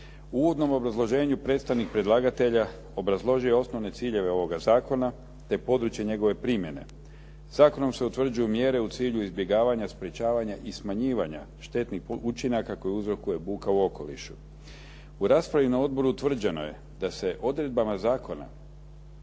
uvodnom obrazloženju predstavnik predlagatelja obrazložio je osnovne ciljeve ovoga zakona, te područje njegove primjene. Zakonom se utvrđuju mjere u cilju izbjegavanja, sprječavanja i smanjivanja štetnih učinaka koje uzrokuje buka u okolišu. U raspravi na odboru utvrđeno je da se odredbama zakona